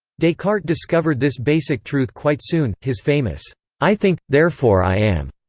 descartes discovered this basic truth quite soon his famous i think, therefore i am.